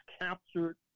captured